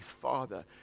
Father